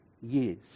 years